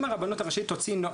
אם הרבנות הראשית תוציא נוהל,